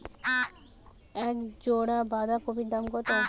এক জোড়া বাঁধাকপির দাম কত?